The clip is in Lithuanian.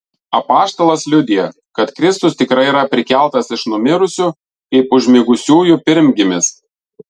apaštalas liudija kad kristus tikrai yra prikeltas iš numirusių kaip užmigusiųjų pirmgimis